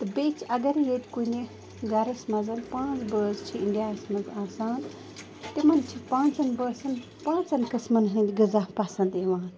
تہٕ بیٚیہِ چھِ اَگر ییٚتہِ کُنہِ گَرَس منٛز پانٛژھ بٲژ چھِ اِنڈیاہَس منٛز آسان تِمَن چھِ پانٛژَن بٲژَن پانٛژَن قٕسمَن ہٕنٛدۍ غزا پَسَنٛد یِوان